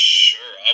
sure